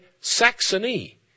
Saxony